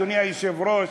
אדוני היושב-ראש.